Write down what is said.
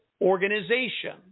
organization